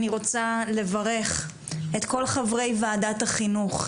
אני רוצה לברך את כל חברי וועדת החינוך,